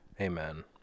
Amen